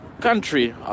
country